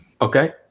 Okay